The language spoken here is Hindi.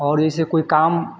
और जैसे कोई काम